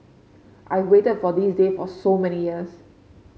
I waited for this day for so many years